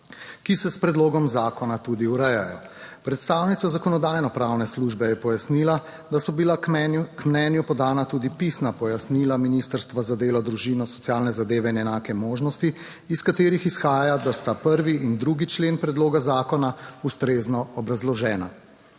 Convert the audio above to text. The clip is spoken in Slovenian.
ki se s predlogom zakona tudi urejajo. Predstavnica Zakonodajno-pravne službe je pojasnila, da so bila k mnenju podana tudi pisna pojasnila Ministrstva za delo, družino, socialne zadeve in enake možnosti, iz katerih izhaja, da sta 1. in 2. člen predloga zakona ustrezno obrazložena.